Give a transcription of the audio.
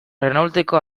renaulteko